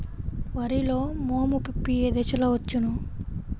వరిలో మోము పిప్పి ఏ దశలో వచ్చును?